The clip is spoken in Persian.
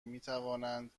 میتوانند